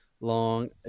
long